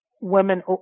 women